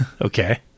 Okay